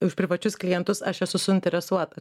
už privačius klientus aš esu suinteresuota